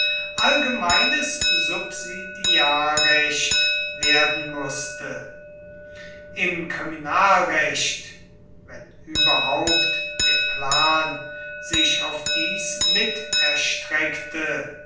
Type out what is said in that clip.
allgemeines subsidiarrecht werden mußte im kriminalrecht wenn überhaupt der plan sich auf dies miterstreckte